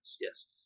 Yes